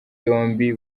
yombi